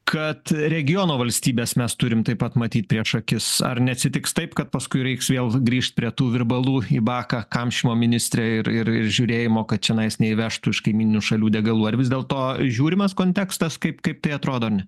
kad regiono valstybes mes turime taip pat matyt prieš akis ar neatsitiks taip kad paskui reiks vėl grįžt prie tų virbalų į baką kamšymo ministre ir ir ir žiūrėjimo kad čianais neįvežtų iš kaimyninių šalių degalų ar vis dėlto žiūrimas kontekstas kaip kaip atrodo ar ne